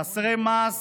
חסרי מעש,